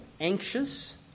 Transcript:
anxious